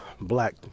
black